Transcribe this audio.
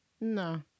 no